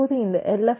இப்போது இந்த எல்